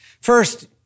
First